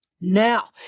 Now